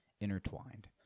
intertwined